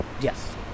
Yes